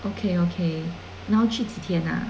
okay okay 然后去几天啊